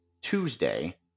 Tuesday